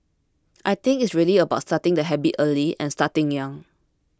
I think it's really about starting the habit early and starting young